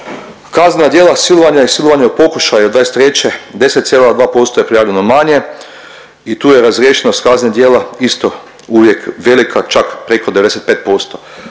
Kaznena djela silovanja i silovanja u pokušaju '23., 10,2% je prijavljeno manje i tu je razriješenost kaznenih djela isto uvijek velika, čak preko 95%.